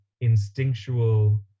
instinctual